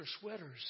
sweaters